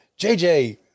JJ